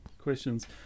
questions